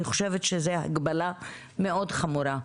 אני חושבת שזו הגבלה מאוד חמורה.